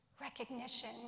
recognition